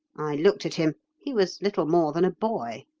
i looked at him he was little more than a boy.